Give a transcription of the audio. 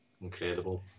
incredible